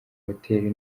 hoteli